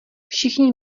všichni